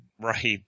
Right